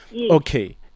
okay